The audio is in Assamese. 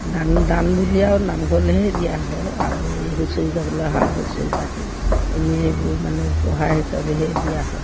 দান দান বুলি আৰু নামঘৰলেহে দিয়া হয় আৰু এই হুঁচৰি গাবলৈ অহা হুঁচৰি পাতি এনেই এইবোৰ মানে উপহাৰ হিচাপেহে দিয়া হয়